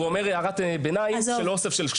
אומר לי בהערת ביניים "אוסף של שקרים".